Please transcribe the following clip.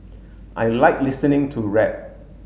I like listening to rap